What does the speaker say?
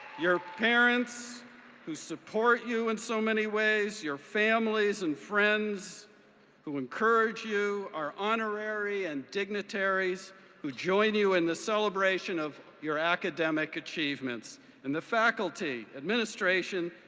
your parents who support you in so many ways, your families and friends who encourage you, our honorary and dignitaries who join you in the celebration of your academic achievements and the faculty, administration,